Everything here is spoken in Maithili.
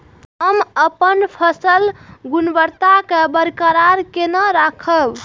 हम अपन फसल गुणवत्ता केना बरकरार केना राखब?